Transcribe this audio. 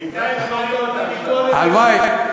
רגע, לא שמעת, הלוואי.